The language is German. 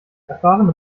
erfahrene